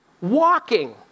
walking